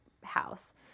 house